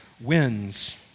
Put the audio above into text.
wins